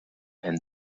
and